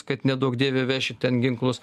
kad neduok dieve veši ten ginklus